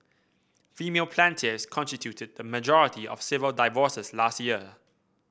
female plaintiffs constituted the majority of civil divorces last year